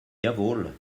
jawohl